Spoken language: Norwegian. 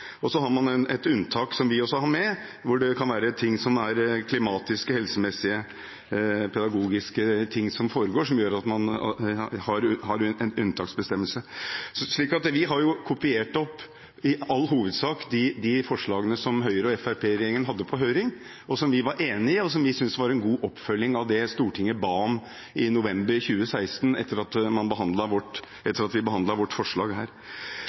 Så har man et unntak, som vi også har med – det kan være klimatiske, helsemessige eller pedagogiske årsaker til at man har en unntaksbestemmelse. Vi har i all hovedsak kopiert de forslagene som Høyre–Fremskrittsparti-regjeringen hadde på høring, som vi var enig i, og som vi syntes var en god oppfølging av det Stortinget ba om i november 2016 etter at vi hadde behandlet vårt forslag her. Det som er viktig for oss, er at dette forbudet skal gjelde all kommunikasjon i skole- og utdanningsmiljøet. Forbudet er, akkurat som i regjeringens forslag,